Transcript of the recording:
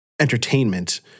entertainment